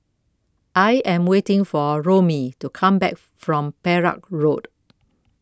I Am waiting For Romie to Come Back from Perak Road